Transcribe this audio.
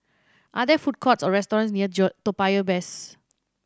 are there food courts or restaurants near Joe Toa Payoh West